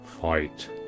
fight